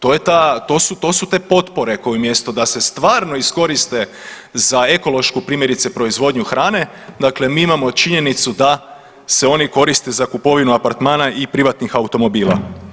To je ta, to su, to su te potpore koje umjesto da se stvarno iskoriste za ekološku primjerice proizvodnju hrane dakle mi imamo činjenicu da se oni koriste za kupovinu apartmana i privatnih automobila.